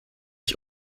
ich